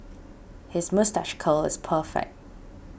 his moustache curl is perfect